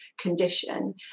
condition